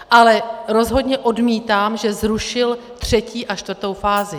Ale rozhodně odmítám, že zrušil třetí a čtvrtou fázi.